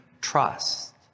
trust